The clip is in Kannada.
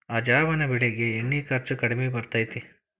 ಅಜವಾನ ಬೆಳಿಗೆ ಎಣ್ಣಿ ಖರ್ಚು ಕಡ್ಮಿ ಬರ್ತೈತಿ